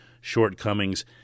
shortcomings